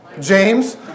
James